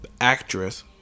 actress